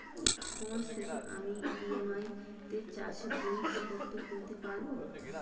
ই commerce থেকে আমি EMI তে চাষে জিনিসপত্র কিনতে পারব?